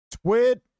twit